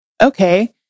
okay